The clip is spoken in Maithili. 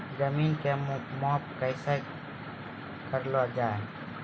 जमीन की माप कैसे किया जाता हैं?